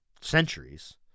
centuries